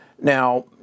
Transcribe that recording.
Now